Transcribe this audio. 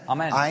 Amen